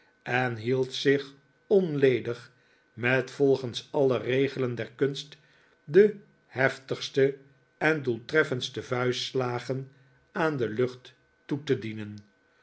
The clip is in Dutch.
en hield zich onledig met volgens alle regelen der kunst de heftigste en doeltreffendste vuistslagen aan de lucht toe te dienen